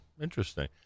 Interesting